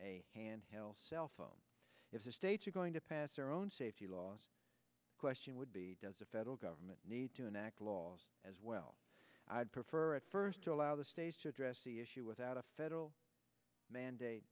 a handheld cell phone if the states are going to pass their own safety laws question would be does the federal government need to enact laws as well i'd prefer at first to allow the states to address the issue without a federal mandate